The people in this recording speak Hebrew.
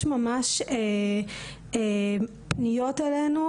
יש ממש פניות אלינו,